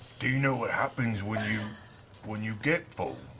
do you know what happens when you when you get full?